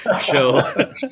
show